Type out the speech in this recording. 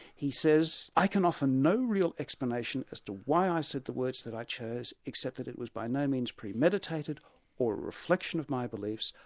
he says i can offer no real explanation as to why i said the words that i chose except that it was by no means premeditated or a reflection of my beliefs,